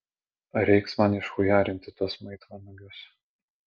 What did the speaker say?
reiks man išchujarinti tuos maitvanagius